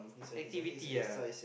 activity ah